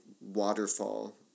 waterfall